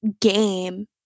game